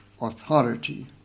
authority